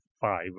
five